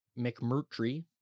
McMurtry